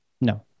No